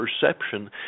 perception